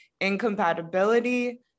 incompatibility